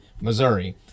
Missouri